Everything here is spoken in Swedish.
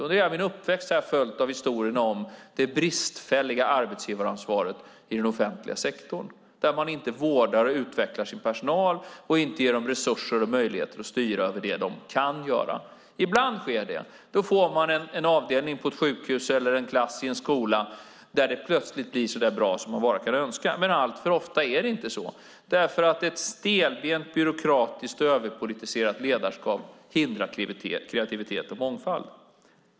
Under hela min uppväxt har jag följts av historierna om det bristfälliga arbetsgivaransvaret i den offentliga sektorn där man inte vårdar och utvecklar sin personal och inte ger dem resurser och möjligheter att styra över det som de kan göra. Ibland sker det, och då får man en avdelning på ett sjukhus eller en klass i en skola där det blir så där bra som man bara kan önska. Men alltför ofta är det inte så, vilket beror på att ett stelbent, byråkratiskt, överpolitiserat ledarskap hindrar kreativitet och mångfald.